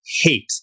hate